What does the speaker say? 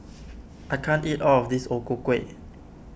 I can't eat all of this O Ku Kueh